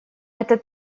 это